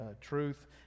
truth